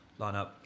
lineup